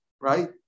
right